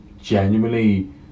genuinely